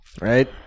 Right